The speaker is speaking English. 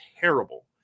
terrible